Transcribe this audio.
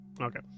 Okay